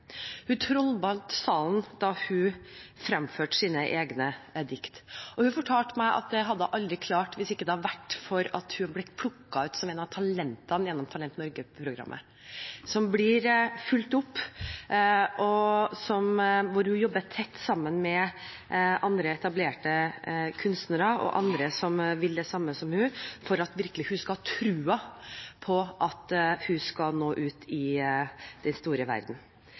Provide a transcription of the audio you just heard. Hun trollbandt salen da hun fremførte sine egne dikt. Hun fortalte meg at det hadde hun aldri klart hvis det ikke hadde vært for at hun hadde blitt plukket ut som et av talentene gjennom Talent Norge-programmet. Hun blir fulgt opp og jobber tett sammen med andre etablerte kunstnere og andre som vil det samme som henne, for at hun virkelig skal ha troen på at hun skal nå ut i den store verden.